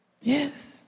Yes